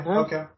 okay